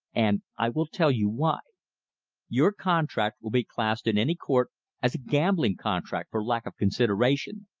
and i will tell you why your contract will be classed in any court as a gambling contract for lack of consideration.